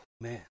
man